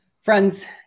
Friends